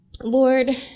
Lord